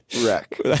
wreck